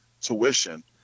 tuition